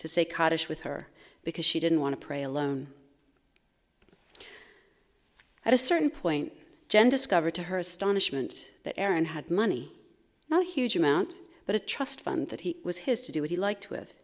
to say cottage with her because she didn't want to pray alone at a certain point jen discovered to her astonishment that aaron had money not huge amount but a trust fund that he was his to do what he liked with